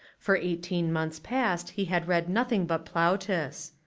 for eighteen months past he had read nothing but plautus.